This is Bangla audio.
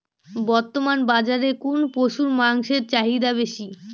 বর্তমান বাজারে কোন পশুর মাংসের চাহিদা বেশি?